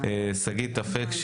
שגית אפיק,